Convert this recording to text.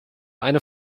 eine